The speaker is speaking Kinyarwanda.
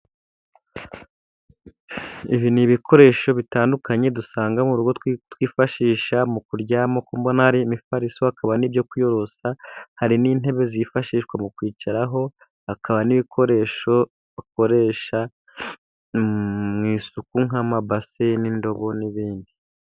Ibi ni ibikoresho bitandukanye dusanga mu rugo twifashisha mu kuryama, kuko mbona hari imifariso hakaba n'ibyo kwiyorosa, hari n'intebe zifashishwa mu kwicaraho, hakaba n'ibikoresho bakoresha mu isuku, nk'amabase n'indobo n'ibindi.